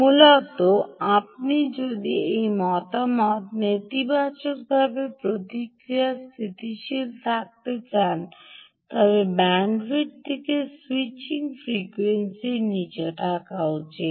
মূলত আপনি যদি এই মতামত নেতিবাচক প্রতিক্রিয়া স্থিতিশীল থাকতে চান তবে ব্যান্ডউইথটি স্যুইচিং ফ্রিকোয়েন্সি নীচে থাকা উচিত